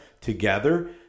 together